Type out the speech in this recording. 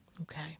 Okay